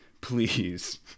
please